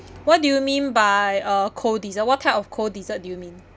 what do you mean by a cold dessert what type of cold dessert do you mean